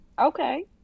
okay